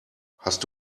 hast